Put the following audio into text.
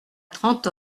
trente